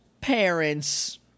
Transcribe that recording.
parents